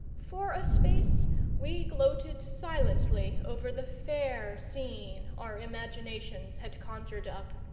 for a space we gloated silently over the fair scene our imaginations had conjured up.